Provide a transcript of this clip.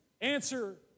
answer